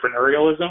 entrepreneurialism